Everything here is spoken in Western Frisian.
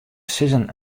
sizzen